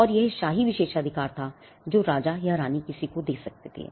और यह शाही विशेषाधिकार था जो राजा या रानी किसी को दे सकते थे